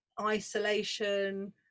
isolation